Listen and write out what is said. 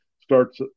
starts